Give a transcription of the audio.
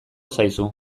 zaizu